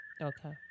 Okay